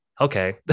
Okay